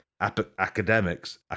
Academics